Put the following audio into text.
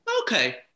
Okay